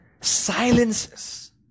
silences